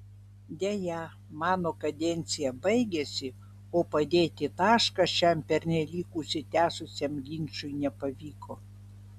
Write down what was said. deja mano kadencija baigėsi o padėti tašką šiam pernelyg užsitęsusiam ginčui nepavyko